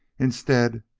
instead,